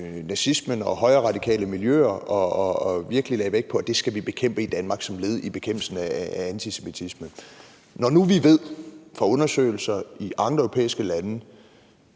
nazismen og højreradikale miljøer og virkelig lagde vægt på, at det skal vi bekæmpe i Danmark som led i bekæmpelsen af antisemitismen. Når nu vi ved fra undersøgelser i andre europæiske lande,